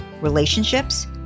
relationships